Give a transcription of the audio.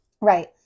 Right